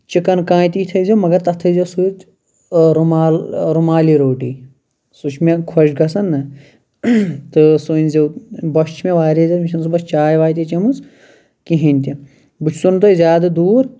chicken کانٛتی تھٲیزیٚو مگر تَتھ تھٲیزیٚو سۭتۍ رُمال رُمالی روٹی سُہ چھُ مےٚ خۄش گَژھان نہ تہٕ سُہ أنۍ زیٚو بۄچھ چھِ مےٚ واریاہ زیادٕ مےٚ چھنہٕ صُبحس چاے واے تہِ چھمٕژ کِہیٖنۍ تہِ نہٕ بہٕ چھُسو نہٕ تۄہہِ زیادٕ دوٗر